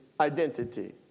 identity